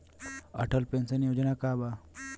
Atal pension Yojana का बा?